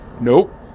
Nope